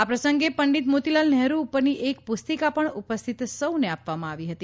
આ પ્રસંગે પંડિત મોતીલાલ નહેરૂ ઉપરની એક પુસ્તિકા પણ ઉપસ્થિત સૌને આપવામાં આવી હતી